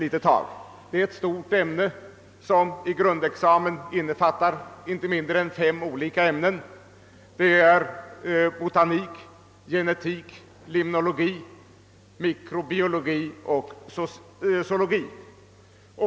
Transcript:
Det är ett stort ämne som i grundexamen innefattar inte mindre än fem olika ämnen, botanik, genetik, limnologi, mikrobiologi och zoologi.